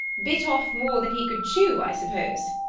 bit off more than he could chew, i suppose.